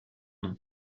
nom